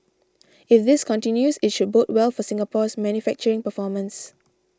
if this continues it should bode well for Singapore's manufacturing performance